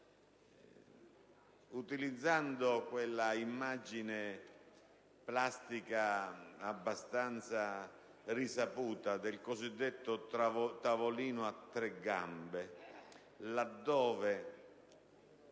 utilizzando quella immagine plastica abbastanza nota del cosiddetto tavolino a tre gambe, dove